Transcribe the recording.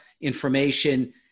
information